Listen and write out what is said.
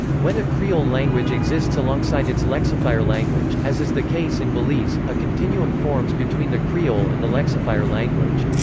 when a creole language exists alongside its lexifier language, as is the case in belize, a continuum forms between the creole and the lexifier language.